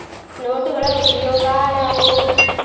ನೋಟುಗಳ ಉಪಯೋಗಾಳ್ಯಾವ್ಯಾವು?